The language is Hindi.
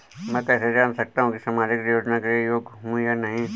मैं कैसे जान सकता हूँ कि मैं सामाजिक योजना के लिए योग्य हूँ या नहीं?